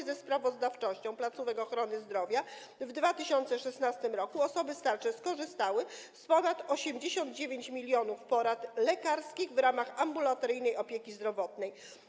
Zgodnie ze sprawozdawczością placówek ochrony zdrowia w 2016 r. osoby starsze skorzystały z ponad 89 mln porad lekarskich w ramach ambulatoryjnej opieki zdrowotnej.